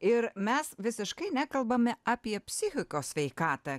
ir mes visiškai nekalbame apie psichikos sveikatą